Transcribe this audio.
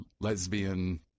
lesbian